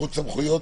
מרוץ סמכויות,